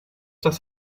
das